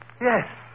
Yes